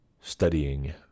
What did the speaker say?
studying